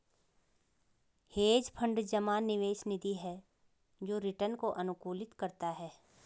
hedge fund जमा निवेश निधि है जो रिटर्न को अनुकूलित करता है